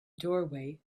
doorway